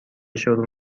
شروع